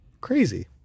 Crazy